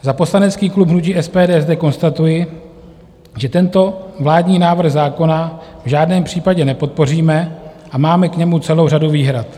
Za poslanecký klub hnutí SPD zde konstatuji, že tento vládní návrh zákona v žádném případě nepodpoříme a máme k němu celou řadu výhrad.